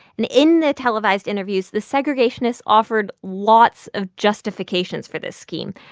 and in the televised interviews, the segregationists offered lots of justifications for this scheme.